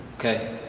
okay?